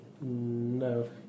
No